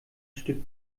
stück